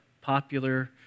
popular